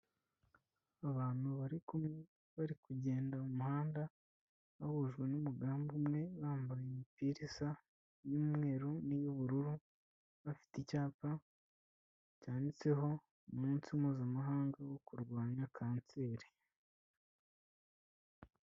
Abantu bari kumwe bari kugenda mu muhanda, bahujwe n'umugambi umwe bambaye imipira isa y'umweru n'iy'ubururu, bafite icyapa cyanditseho umunsi mpuzamahanga wo kurwanya kanseri.